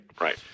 Right